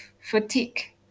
fatigue